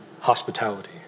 hospitality